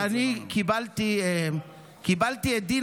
אני קיבלתי את דין